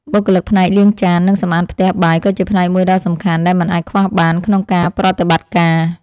បុគ្គលិកផ្នែកលាងចាននិងសម្អាតផ្ទះបាយក៏ជាផ្នែកមួយដ៏សំខាន់ដែលមិនអាចខ្វះបានក្នុងការប្រតិបត្តិការ។